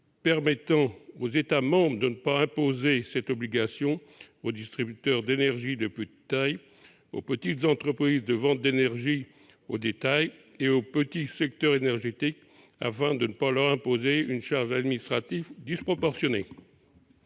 permet aux États membres de ne pas imposer cette obligation aux distributeurs d'énergie de petite taille, aux petites entreprises de vente d'énergie au détail et aux petits secteurs énergétiques, afin que ces derniers ne subissent pas une charge administrative disproportionnée.